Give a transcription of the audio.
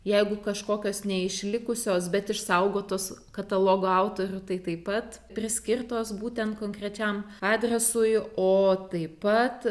jeigu kažkokios neišlikusios bet išsaugotos katalogo autorių tai taip pat priskirtos būtent konkrečiam adresui o taip pat